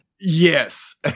Yes